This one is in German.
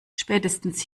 spätestens